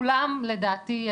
כולם לדעתי,